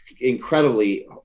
incredibly